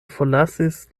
forlasis